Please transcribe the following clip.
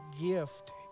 gift